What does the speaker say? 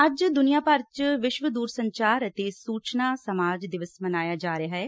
ਅੱਜ ਦੁਨੀਆਂ ਭਰ ਚ ਵਿਸ਼ਵ ਦੁਰਸੰਚਾਰ ਅਤੇ ਸੁਚਨਾ ਸਮਾਜ ਦਿਵਸ ਮਨਾਇਆ ਜਾ ਰਿਹੈ